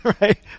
right